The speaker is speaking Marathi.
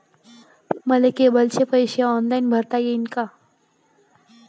मले केबलचे पैसे ऑनलाईन भरता येईन का?